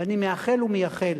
ואני מאחל ומייחל